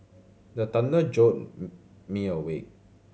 the thunder jolt me awake